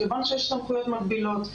כיוון שיש סמכויות מקבילות.